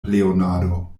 leonardo